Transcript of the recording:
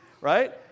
right